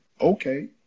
okay